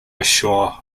ashore